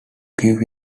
give